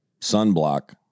sunblock